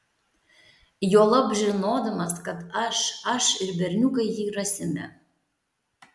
juolab žinodamas kad aš aš ir berniukai jį rasime